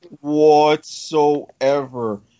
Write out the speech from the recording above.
whatsoever